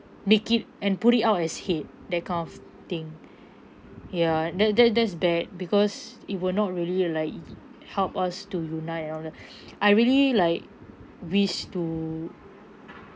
make it and put it out as hate that kind of thing ya that that that's bad because it will not really like help us to unite and all that I really like wish to